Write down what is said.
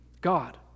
God